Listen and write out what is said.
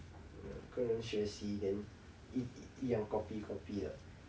hmm 跟人学习 then its 一样 copy copy 的